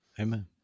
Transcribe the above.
Amen